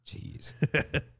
Jeez